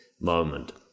moment